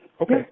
Okay